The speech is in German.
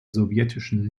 sowjetischen